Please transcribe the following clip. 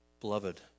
Beloved